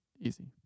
easy